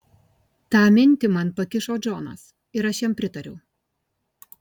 tą minti man pakišo džonas ir aš jam pritariau